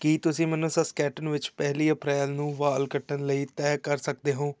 ਕੀ ਤੁਸੀਂ ਮੈਨੂੰ ਸਸਕੈਟੂਨ ਵਿੱਚ ਪਹਿਲੀ ਅਪ੍ਰੈਲ ਨੂੰ ਵਾਲ ਕੱਟਣ ਲਈ ਤਹਿ ਕਰ ਸਕਦੇ ਹੋ